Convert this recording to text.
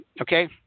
Okay